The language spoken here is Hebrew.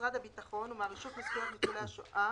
ממשרד הביטחון ומהרשות לזכויות ניצולי השואה